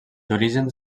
orígens